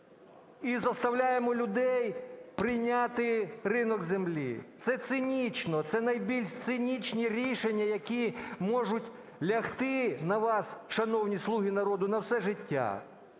і заставляємо людей прийняти ринок землі. Це цинічно. Це найбільш цинічні рішення, які можуть лягти на вас, шановні "слуги народу", на все життя.